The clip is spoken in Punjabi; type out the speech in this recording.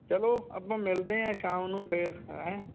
ਚਲੋ ਆਪਾਂ ਮਿਲਦੇ ਹਾਂ ਸ਼ਾਮ ਨੂੰ ਫੇਰ ਹੈਂ